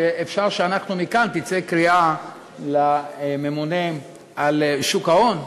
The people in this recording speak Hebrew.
שאפשר שמכאן תצא קריאה לממונים על שוק ההון,